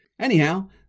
Anyhow